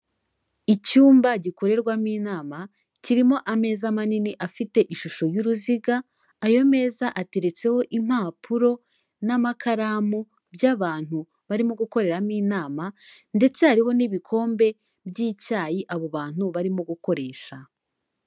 Icyumba gikorerwamo inama kirimo ameza manini afite ishusho y'uruziga, ayo meza ateretseho impapuro n'amakaramu by'abantu barimo gukoreramo inama ndetse hariho n'ibikombe by'icyayi abo bantu barimo gukoresha.